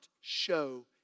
show